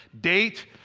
date